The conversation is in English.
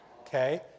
Okay